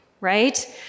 right